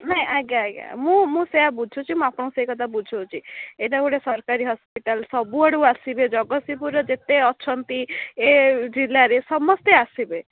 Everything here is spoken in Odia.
ନାହିଁ ଆଜ୍ଞା ଆଜ୍ଞା ମୁଁ ମୁଁ ସେୟା ବୁଝୁଛି ମୁଁ ଆପଣଙ୍କୁ ସେଇ କଥା ବୁଝାଉଛି ଏଇଟା ଗୋଟେ ସରକାରୀ ହସ୍ପିଟାଲ୍ ସବୁଆଡ଼ୁ ଆସିବେ ଜଗତସିଂହପୁର ଯେତେ ଅଛନ୍ତି ଏ ଜିଲ୍ଲାରେ ସମସ୍ତେ ଆସିବେ